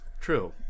true